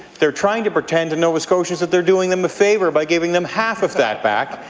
they are trying to pretend to nova scotians that they are doing them a favour by giving them half of that back,